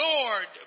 Lord